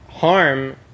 Harm